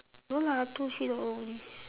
no lah two three dollar only